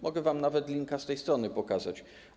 Mogę wam nawet linka z tej strony pokazać.